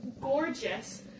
gorgeous